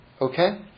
Okay